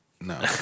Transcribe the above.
No